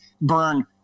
burn